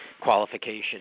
qualification